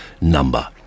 number